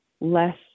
less